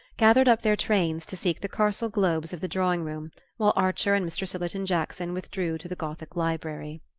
gathered up their trains to seek the carcel globes of the drawing-room, while archer and mr. sillerton jackson withdrew to the gothic library.